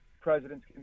presidents